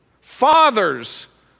Fathers